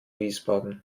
wiesbaden